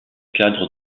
cadre